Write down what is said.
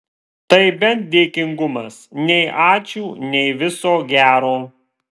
tai bent dėkingumas nei ačiū nei viso gero